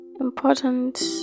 important